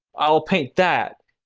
i'll paint that.